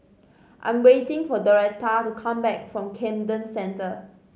I'm waiting for Doretta to come back from Camden Centre